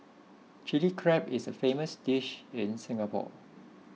Chilli Crab is a famous dish in Singapore